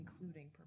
Including